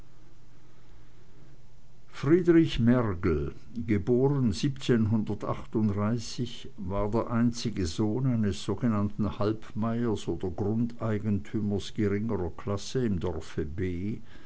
friedrich mergel geboren war der einzige sohn eines sogenannten halbmeiers oder grundeigentümers geringerer klasse im dorfe b